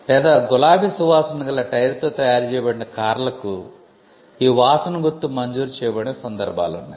లేదా గులాబీ సువాసన గల టైర్తో తయారు చేయబడిన కార్లకు ఈ వాసన గుర్తు మంజూరు చేయబడిన సందర్భాలు ఉన్నాయి